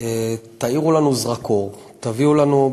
תאירו לנו זרקור, תביאו לנו.